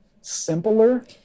simpler